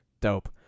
Dope